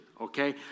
okay